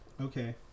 Okay